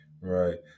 Right